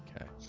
okay